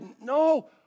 no